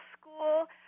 school